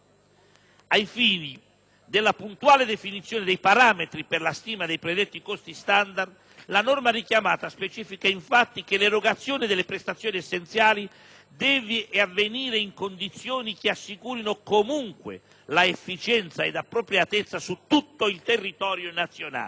Ai fini della puntuale definizione dei parametri per la stima dei predetti costi standard, la norma richiamata specifica infatti che l'erogazione delle prestazioni essenziali deve avvenire in condizioni che assicurino comunque la «efficienza ed appropriatezza» su tutto il territorio nazionale.